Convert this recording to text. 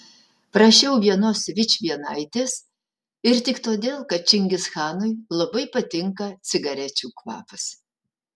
prašiau vienos vičvienaitės ir tik todėl kad čingischanui labai patinka cigarečių kvapas